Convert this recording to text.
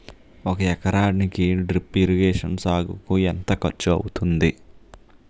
ఒక ఎకరానికి drip irrigation సాగుకు ఎంత ఖర్చు అవుతుంది?